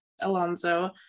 Alonso